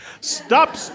Stop